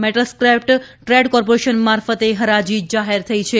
metal scrap trade corporation મારફતે હરાજી જાહેર થઇ છે